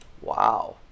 Wow